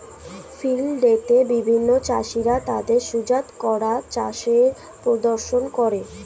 field day তে বিভিন্ন চাষীরা তাদের সুজাত করা চাষের প্রদর্শন করে